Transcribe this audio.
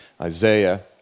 Isaiah